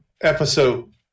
episode